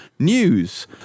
news